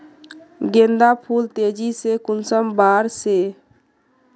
गेंदा फुल तेजी से कुंसम बार से?